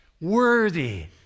worthy